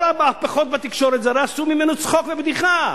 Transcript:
כל המהפכות בתקשורת הרי עשו ממנו צחוק ובדיחה.